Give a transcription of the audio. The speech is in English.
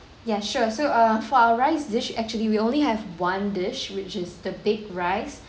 ya sure so err for our rice dish actually we only have one dish which is the big rice